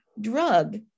drug